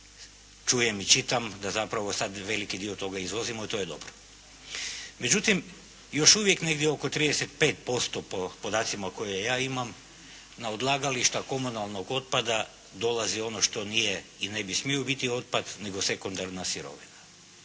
čujem i čitam da zapravo sada veliki dio toga izvozimo, to je dobro. Međutim, još uvijek negdje oko 35% po podacima koje ja imam na odlagališta komunalnog otpada dolazi ono što nije i ne bi smio biti otpad nego sekundarna sirovina.